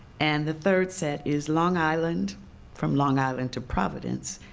and the third set is long island from long island to providence,